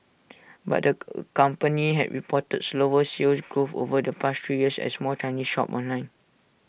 but the company has reported slower Sales Growth over the past three years as more Chinese shop online